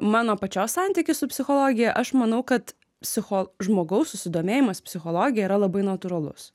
mano pačios santykis su psichologija aš manau kad psicho žmogaus susidomėjimas psichologija yra labai natūralus